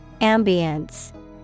Ambience